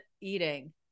eating